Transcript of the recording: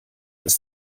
ist